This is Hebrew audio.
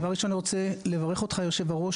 דבר ראשון אני רוצה לברך אותך יושב הראש,